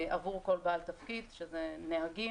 עבור כל בעל תפקיד נהגים,